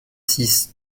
six